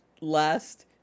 last